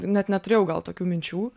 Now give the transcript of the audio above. net neturėjau gal tokių minčių